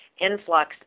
influx